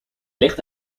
licht